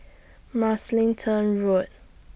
Mugliston Road